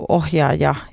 ohjaaja